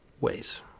ways